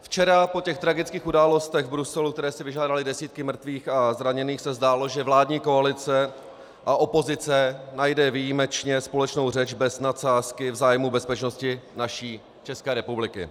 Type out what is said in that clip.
Včera po těch tragických událostech v Bruselu, které si vyžádaly desítky mrtvých a zraněných, se zdálo, že vládní koalice a opozice najde výjimečně společnou řeč bez nadsázky v zájmu bezpečnosti naší České republiky.